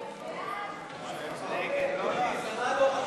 לשנת התקציב 2015,